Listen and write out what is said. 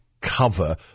cover